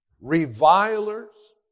revilers